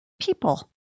people